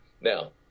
Now